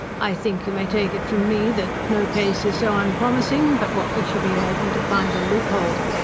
i think you may take it from me that no case is so unpromising but what we shall be able to find a loophole.